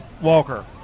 Walker